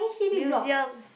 museums